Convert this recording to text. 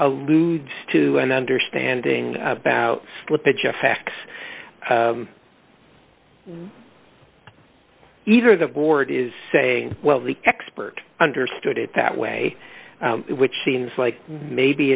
alludes to an understanding about slippage of facts either the board is saying well the expert understood it that way which seems like maybe